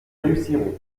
réussirons